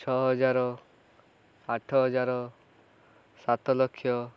ଛଅ ହଜାର ଆଠ ହଜାର ସାତ ଲକ୍ଷ